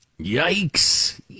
Yikes